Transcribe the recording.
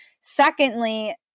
Secondly